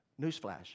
Newsflash